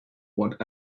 what